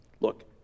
look